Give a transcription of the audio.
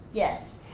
yes.